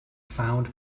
found